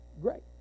great